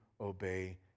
obey